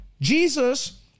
Jesus